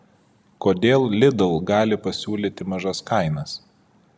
kodėl lidl gali pasiūlyti mažas kainas